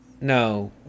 No